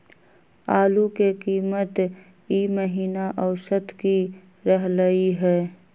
आलू के कीमत ई महिना औसत की रहलई ह?